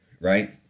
right